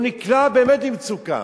הוא נקלע באמת למצוקה.